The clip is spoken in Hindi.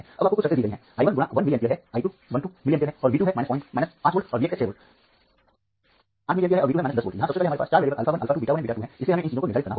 अब आपको कुछ शर्तें दी गई हैं I x 1 मिली एम्पीयर है i 1 2 मिली एम्पीयर है और V 2 है 5 वोल्ट और V x है 6 वोल्ट है I1 8 मिली एम्पीयर है और V 2 है 10 वोल्ट यहां सबसे पहले हमारे पास 4 चर 1 α 2 1 और 𝛽 2 हैं इसलिए हमें इन चीजों को निर्धारित करना होगा